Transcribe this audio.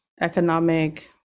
economic